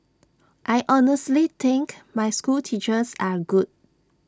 I honestly think my schoolteachers are good